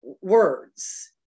words